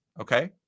okay